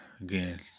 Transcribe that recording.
again